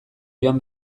joan